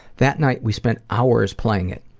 that night we spent hours playing it,